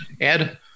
ed